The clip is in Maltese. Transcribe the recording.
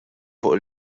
fuq